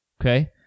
Okay